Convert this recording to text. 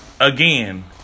again